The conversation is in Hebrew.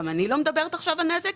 גם אני לא מדברת עכשיו של נזקים,